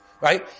right